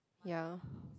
ya